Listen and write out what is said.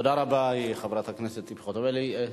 תודה רבה, חברת הכנסת ציפי חוטובלי.